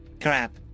Crap